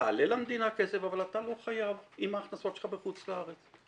תעלה למדינה כסף אבל אתה לא חייב עם ההכנסות שלך בחוץ לארץ.